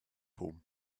home